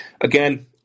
again